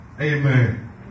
Amen